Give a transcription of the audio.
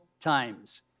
times